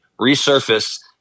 resurfaced